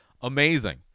amazing